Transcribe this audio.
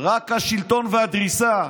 רק השלטון והדריסה.